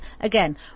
again